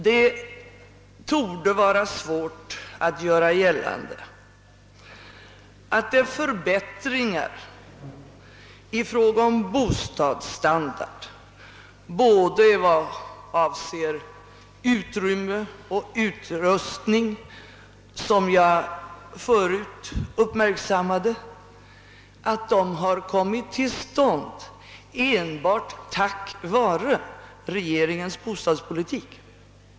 Det torde vara svårt att göra gällande att de förbättringar i fråga om bostadsstandard, både i vad avser utrymme och utrustning, som jag förut påpekat, kommit till stånd enbart tack vare regeringens bostadspolitik.